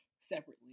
separately